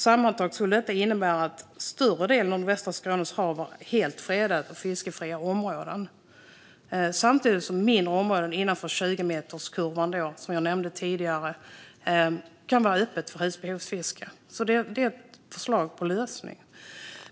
Sammantaget skulle detta innebära att större delen av nordvästra Skånes hav var helt fredat och ett fiskefritt område - samtidigt som mindre områden innanför 20-meterskurvan, som jag nämnde tidigare, skulle kunna vara öppna för husbehovsfiske. Det är alltså ett förslag på lösning.